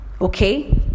Okay